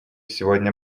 сегодня